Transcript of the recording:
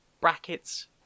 brackets